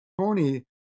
Tony